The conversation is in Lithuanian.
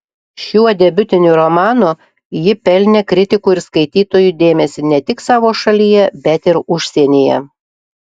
šiuo debiutiniu romanu ji pelnė kritikų ir skaitytojų dėmesį ne tik savo šalyje bet ir užsienyje